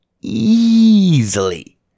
easily